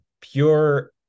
pure